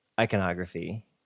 iconography